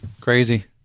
Crazy